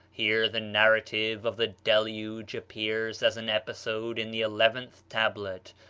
here the narrative of the deluge appears as an episode in the eleventh tablet,